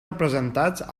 representats